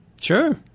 Sure